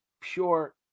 pure